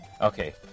Okay